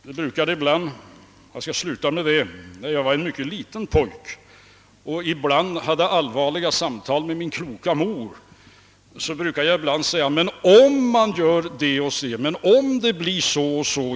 När jag var liten pojke -— jag skall sluta med det — och hade allvarliga samtal med min kloka mor, brukade jag ibland säga att om man gör så och så eller om det blir så och så.